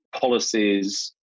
policies